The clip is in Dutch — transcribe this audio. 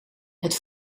het